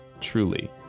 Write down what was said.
truly